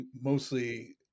mostly –